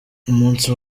umunsi